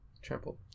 trampled